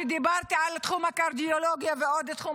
כשדיברתי על תחום הקרדיולוגיה ועל עוד תחום,